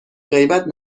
غیبت